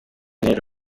n’ejo